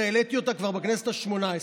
העליתי אותה כבר בכנסת השמונה-עשרה.